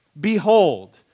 Behold